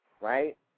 right